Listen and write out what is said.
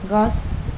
গছ